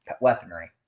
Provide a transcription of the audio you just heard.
weaponry